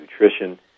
nutrition